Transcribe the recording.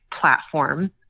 platform